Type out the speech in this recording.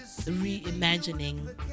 reimagining